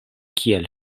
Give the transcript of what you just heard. kiel